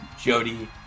Jody